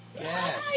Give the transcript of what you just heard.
Yes